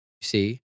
see